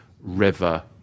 river